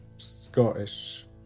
Scottish